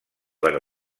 per